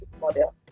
model